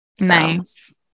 Nice